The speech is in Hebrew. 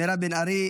מירב בן ארי,